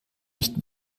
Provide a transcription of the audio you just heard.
nicht